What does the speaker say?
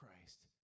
Christ